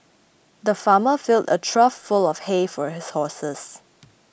the farmer filled a trough full of hay for his horses